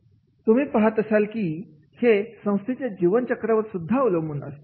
तुम्ही पाहाल कि हे संस्थेच्या जीवन चक्रवर सुद्धा अवलंबून असते